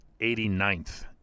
89th